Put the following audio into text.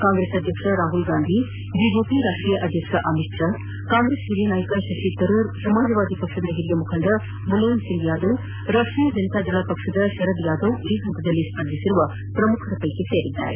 ಕಾಂಗ್ರೆಸ್ ಅಧ್ಯಕ್ಷ ರಾಹುಲ್ಗಾಂಧಿ ಬಿಜೆಪಿ ರಾಷ್ಟೀಯ ಅಧ್ಯಕ್ಷ ಅಮಿತ್ ಷಾ ಕಾಂಗ್ರೆಸ್ ಹಿರಿಯ ನಾಯಕ ಶಶಿ ತರೂರ್ ಸಮಾಜವಾದಿ ಪಕ್ಷದ ಹಿರಿಯ ಮುಖಂಡ ಮುಲಾಯಂಸಿಂಗ್ ಯಾದವ್ ರಾಷ್ಟೀಯ ಜನತಾದಳ ಪಕ್ಷದ ಶರದ್ ಯಾದವ್ ಈ ಹಂತದಲ್ಲಿ ಸ್ವರ್ಧಿಸಿರುವ ಪ್ರಮುಖರು